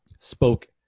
spoke